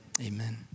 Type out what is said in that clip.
Amen